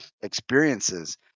experiences